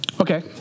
Okay